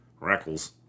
Rackles